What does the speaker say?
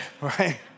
right